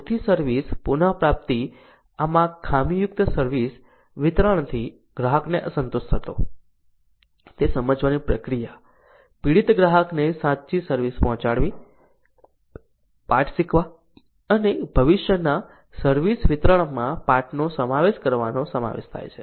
પૂરતી સર્વિસ પુનપ્રાપ્તિ આમાં ખામીયુક્ત સર્વિસ વિતરણથી ગ્રાહકને અસંતોષ હતો તે સમજવાની પ્રક્રિયા પીડિત ગ્રાહકને સાચી સર્વિસ પહોંચાડવી પાઠ શીખવા અને ભવિષ્યના સર્વિસ વિતરણમાં પાઠનો સમાવેશ કરવાનો સમાવેશ થાય છે